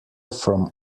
from